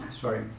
Sorry